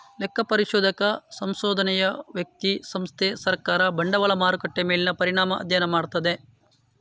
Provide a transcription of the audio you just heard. ಲೆಕ್ಕ ಪರಿಶೋಧಕ ಸಂಶೋಧನೆಯು ವ್ಯಕ್ತಿ, ಸಂಸ್ಥೆ, ಸರ್ಕಾರ, ಬಂಡವಾಳ ಮಾರುಕಟ್ಟೆ ಮೇಲಿನ ಪರಿಣಾಮ ಅಧ್ಯಯನ ಮಾಡ್ತದೆ